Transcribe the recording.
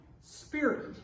Spirit